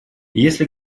если